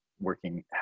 working